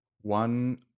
One